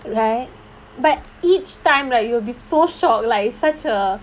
right but each time right you will be so shocked like such a